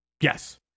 Yes